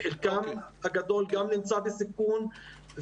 חלקם הגדול גם נמצא בסיכון.